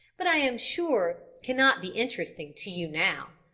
but i am sure cannot be interesting to you now.